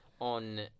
on